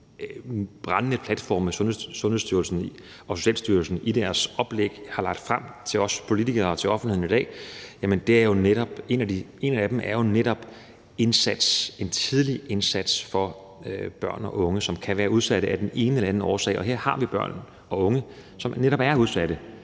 brændende platforme, som Sundhedsstyrelsen og Socialstyrelsen i deres oplæg har lagt frem for os politikere og til offentligheden i dag, og en af dem er jo netop en tidlig indsats for børn og unge, som kan være udsatte af den ene eller den anden årsag. Og her har vi børn og unge, som netop er udsatte